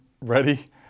ready